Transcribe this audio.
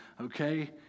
okay